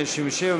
167,